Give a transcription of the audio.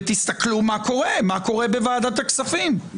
ותסתכלו מה קורה, מה קורה בוועדת הכספים.